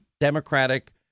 Democratic